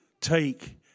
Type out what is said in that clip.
take